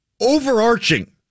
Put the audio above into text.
overarching